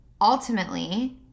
Ultimately